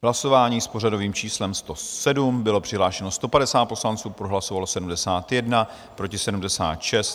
Hlasování s pořadovým číslem 107, bylo přihlášeno 150 poslanců, pro hlasovalo 71, proti 76.